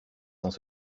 sans